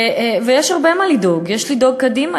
ויש הרבה מה לדאוג: יש לדאוג קדימה,